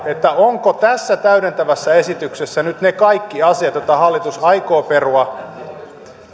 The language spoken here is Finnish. ovatko tässä täydentävässä esityksessä nyt ne kaikki asiat joita hallitus aikoo perua